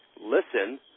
listen